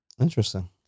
Interesting